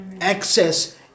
access